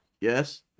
yes